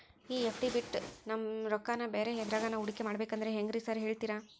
ಈ ಎಫ್.ಡಿ ಬಿಟ್ ನಮ್ ರೊಕ್ಕನಾ ಬ್ಯಾರೆ ಎದ್ರಾಗಾನ ಹೂಡಿಕೆ ಮಾಡಬೇಕಂದ್ರೆ ಹೆಂಗ್ರಿ ಸಾರ್ ಹೇಳ್ತೇರಾ?